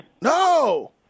No